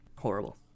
Horrible